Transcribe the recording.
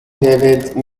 david